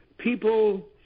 People